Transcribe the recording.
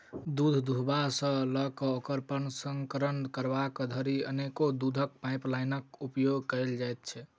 दूध दूहबा सॅ ल क ओकर प्रसंस्करण करबा धरि अनेको दूधक पाइपलाइनक उपयोग कयल जाइत छै